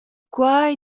quei